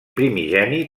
primigeni